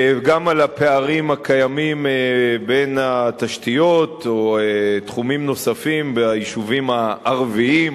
גם על הפערים הקיימים בין התשתיות או תחומים נוספים ביישובים הערביים,